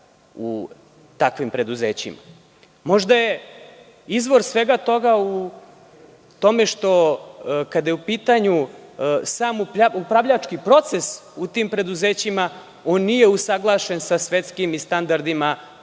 u takvim preduzećima. Možda je izvor svega toga u tome kada je u pitanju sam upravljački proces u tim preduzećima, on je usaglašen sa svetskim standardima